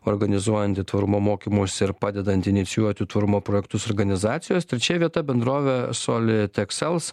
organizuojanti tvarumo mokymus ir padedanti inicijuoti tvarumo projektus organizacijos trečia vieta bendrovė soli tek sels